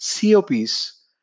COPs